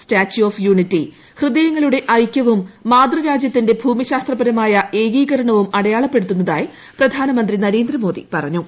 statue of unity ഹൃദയങ്ങളുടെ ഐക്യവും മാതൃരാജ്യത്തിന്റെ ഭൂമിശാസ്ത്രപരമായഏകീകരണവും അടയാളപ്പെടുത്തുന്നതായി പ്രധാനമന്ത്രി നരേന്ദ്രമോദി പറഞ്ഞു